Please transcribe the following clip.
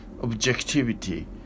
Objectivity